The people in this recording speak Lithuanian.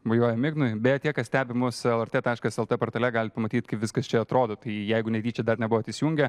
mojuojam ignui bėje tie kas stebi mus lrt taškas lt portale galit pamatyt kaip viskas čia atrodo tai jeigu netyčia dar nebuvot įsijungę